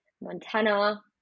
Montana